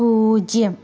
പൂജ്യം